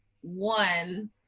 one